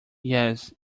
yes